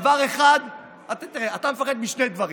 אתה מפחד משלושה דברים: